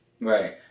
Right